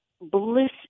bliss